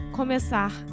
começar